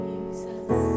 Jesus